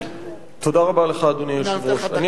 תודה רבה לך, אדוני היושב-ראש.